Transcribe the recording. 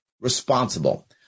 responsible